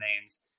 names